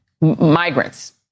migrants